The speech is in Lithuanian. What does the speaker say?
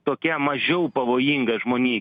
tokia mažiau pavojinga žmonijai